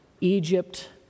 Egypt